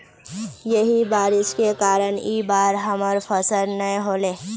यही बारिश के कारण इ बार हमर फसल नय होले?